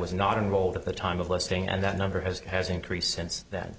was not unrolled at the time of listing and that number has has increased since then